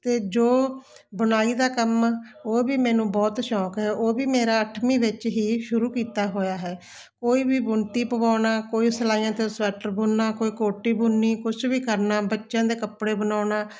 ਅਤੇ ਜੋ ਬੁਣਾਈ ਦਾ ਕੰਮ ਉਹ ਵੀ ਮੈਨੂੰ ਬਹੁਤ ਸ਼ੌਂਕ ਹੈ ਉਹ ਵੀ ਮੇਰਾ ਅੱਠਵੀਂ ਵਿੱਚ ਹੀ ਸ਼ੁਰੂ ਕੀਤਾ ਹੋਇਆ ਹੈ ਕੋਈ ਵੀ ਬੁਣਤੀ ਪਵਾਉਣਾ ਕੋਈ ਸਿਲਾਈਆਂ 'ਤੇ ਸੂਐਟਰ ਬੁਣਨਾ ਕੋਈ ਕੋਟੀ ਬੁਣਨੀ ਕੁਛ ਵੀ ਕਰਨਾ ਬੱਚਿਆਂ ਦੇ ਕੱਪੜੇ ਬਣਾਉਣਾ